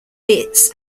bits